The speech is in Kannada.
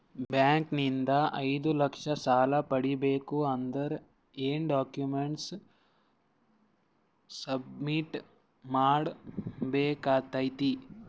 ಬ್ಯಾಂಕ್ ನಿಂದ ಐದು ಲಕ್ಷ ಸಾಲ ಪಡಿಬೇಕು ಅಂದ್ರ ಏನ ಡಾಕ್ಯುಮೆಂಟ್ ಸಬ್ಮಿಟ್ ಮಾಡ ಬೇಕಾಗತೈತಿ?